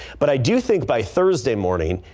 but i do think by thursday morning.